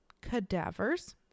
cadavers